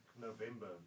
November